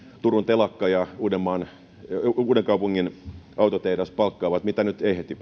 turun telakka ja uudenkaupungin autotehdas palkkaavat mitä nyt